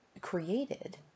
created